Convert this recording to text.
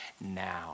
now